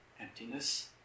emptiness